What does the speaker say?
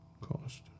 cost